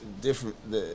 different